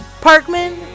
Parkman